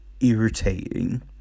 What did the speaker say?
irritating